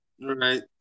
Right